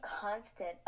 constant